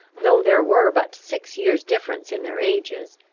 though there were but six years difference in their ages,